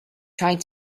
trying